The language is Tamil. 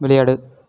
விளையாடு